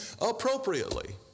appropriately